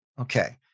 okay